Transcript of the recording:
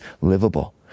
livable